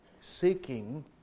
Seeking